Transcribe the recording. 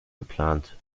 geplant